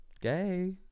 gay